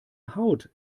haut